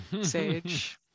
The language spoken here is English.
Sage